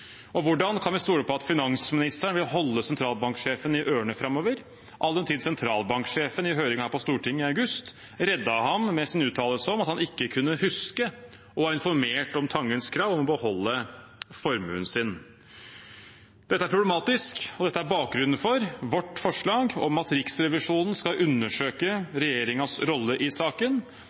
Og hvordan kan vi stole på at finansministeren vil holde sentralbanksjefen i ørene framover, all den tid sentralbanksjefen i høringen her på Stortinget i august reddet ham med sin uttalelse om at han ikke kunne huske å ha informert om Tangens krav om å beholde formuen sin. Dette er problematisk, og dette er bakgrunnen for vårt forslag om at Riksrevisjonen skal undersøke regjeringens rolle i saken